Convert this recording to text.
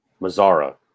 Mazzara